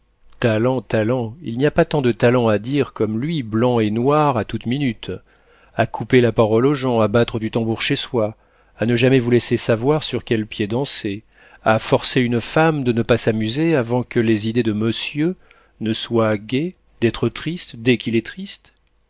il n'y a pas tant de talent à dire comme lui blanc et noir à toute minute à couper la parole aux gens à battre du tambour chez soi à ne jamais vous laisser savoir sur quel pied danser à forcer une femme de ne pas s'amuser avant que les idées de monsieur ne soient gaies d'être triste dès qu'il est triste